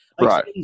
Right